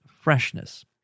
freshness